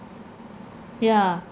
yeah